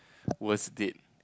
worst date